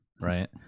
right